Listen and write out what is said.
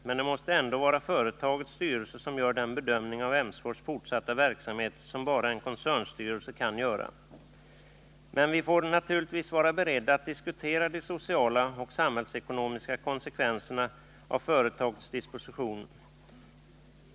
Men det måste ändå vara företagets styrelse som gör den bedömning av Emsfors fortsatta verksamhet som bara en koncernstyrelse kan göra. Men vi får naturligtvis vara beredda att diskutera de sociala och samhällsekonomiska konsekvenserna av företagets dispositioner.